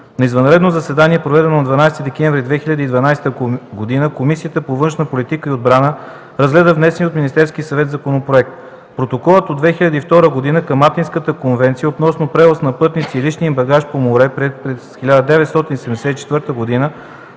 На извънредно заседание, проведено на 12 декември 2012 г., Комисията по външна политика и отбрана разгледа внесения от Министерския съвет законопроект. Протоколът от 2002 г. към Атинската конвенция относно превоз на пътници и личния им багаж по море (приета